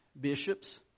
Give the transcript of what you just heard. bishops